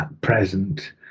present